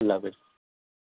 اللہ حافظ